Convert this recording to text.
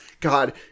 God